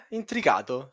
intricato